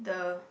the